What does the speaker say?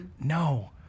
no